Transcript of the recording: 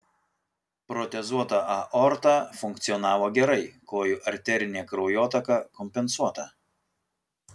protezuota aorta funkcionavo gerai kojų arterinė kraujotaka kompensuota